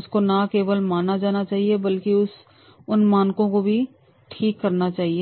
उसको ना केवल माना जाना चाहिए बल्कि उन मानकों को भी ठीक करना चाहिए